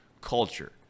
culture